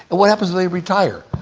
ah what happens when they retire?